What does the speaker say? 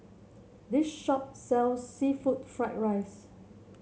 this shop sells seafood Fried Rice